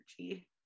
energy